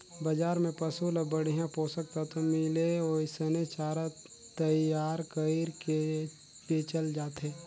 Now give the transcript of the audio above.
बजार में पसु ल बड़िहा पोषक तत्व मिले ओइसने चारा तईयार कइर के बेचल जाथे